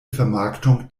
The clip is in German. vermarktung